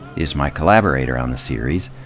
is my collaborator on the series.